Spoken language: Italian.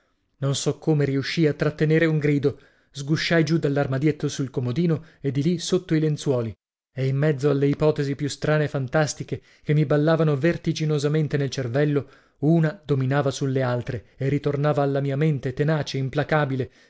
non so come riuscii a trattenere un grido sgusciai giù dall'armadietto sul comodino e di lì sotto ì lenzuoli e in mezzo alle ipotesi più strane e fantastiche che mi ballavano vertiginosamente nel cervello una dominava sulle altre e ritornava alla mia mente tenace implacabile